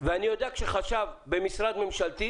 ואני יודע מתי חשב במשרד ממשלתי